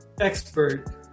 expert